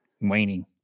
waning